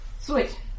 sweet